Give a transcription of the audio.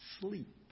sleep